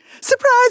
Surprise